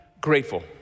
grateful